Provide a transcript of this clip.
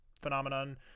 phenomenon